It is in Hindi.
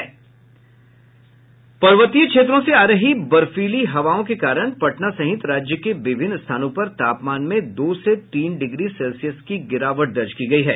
पर्वतीय क्षेत्रों से आ रही बर्फीली हवाओं के कारण पटना सहित राज्य के विभिन्न स्थानों पर तापमान में दो से तीन डिग्री सेल्सियस की गिरावट दर्ज की गई है